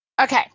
Okay